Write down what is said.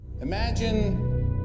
Imagine